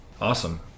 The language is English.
Awesome